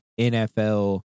NFL